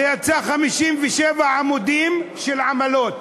זה יצא 57 עמודים של עמלות.